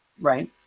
Right